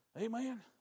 Amen